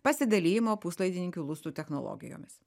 pasidalijimo puslaidininkių lustų technologijomis